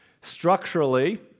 Structurally